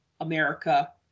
America